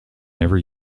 never